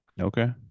Okay